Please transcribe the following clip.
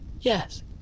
Yes